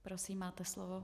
Prosím, máte slovo.